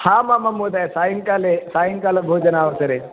हामामां महोदय सायङ्काले सायङ्कालभोजनावसरे